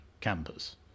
campus